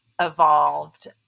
evolved